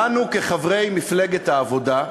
לנו, כחברי מפלגת העבודה,